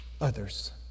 others